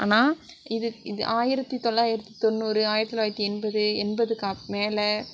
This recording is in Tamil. ஆனால் இது இது ஆயிரத்தி தொளாயிரத்தி தொண்ணூறு ஆயிரத்தி தொளாயிரத்தி எண்பது எண்பதுக்கு அப் மேலே